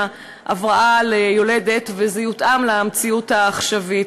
הבראה ליולדת וזה יותאם למציאות העכשווית.